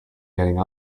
getting